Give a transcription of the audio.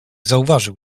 zauważył